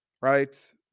right